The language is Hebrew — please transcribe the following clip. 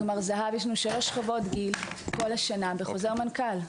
זה ניתן לשלוש שכבות גיל כל השנה וזה בחוזר מנכ"ל.